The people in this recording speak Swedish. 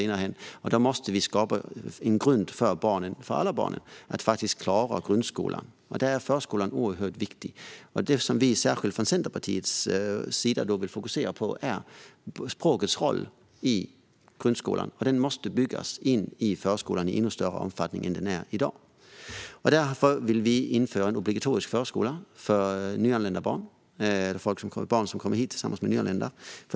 Vi måste skapa en grund för att klara grundskolan för alla barn. Där är förskolan oerhört viktig. Något annat som vi särskilt vill fokusera på från Centerpartiets sida är språkets roll i grundskolan. Den måste byggas in i förskolan i ännu större omfattning än i dag. Därför vill vi införa en obligatorisk förskola för barn som kommer hit tillsammans med nyanlända.